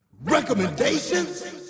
Recommendations